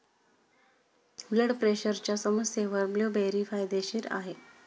blood प्रेशरच्या समस्येवर blueberry फायदेशीर आहे